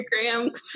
Instagram